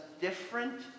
different